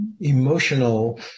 emotional